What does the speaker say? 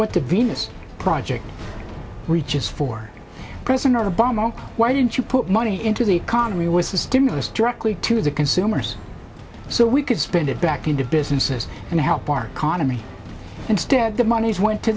what the venus project reaches for president obama why didn't you put money into the economy was the stimulus directly to the consumers so we could spend it back into businesses and help our economy instead the monies went to